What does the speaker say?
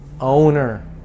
owner